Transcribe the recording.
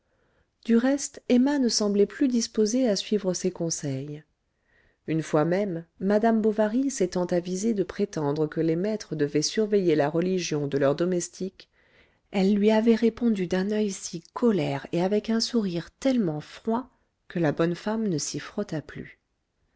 du reste emma ne semblait plus disposée à suivre ses conseils une fois même madame bovary s'étant avisée de prétendre que les maîtres devaient surveiller la religion de leurs domestiques elle lui avait répondu d'un oeil si colère et avec un sourire tellement froid que la bonne femme ne s'y frotta plus